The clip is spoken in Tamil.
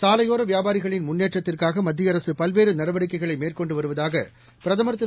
சாலையோர வியாபாரிகளின் முன்னேற்றத்திற்காக மத்திய அரசு பல்வேறு நடவடிக்கைகளை மேற்கொண்டு வருவதாக பிரதமர் திரு